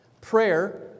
Prayer